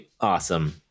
awesome